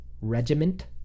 regiment